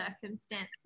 circumstances